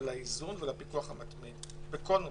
לאיזון ולפיקוח המתמיד בכל נושא.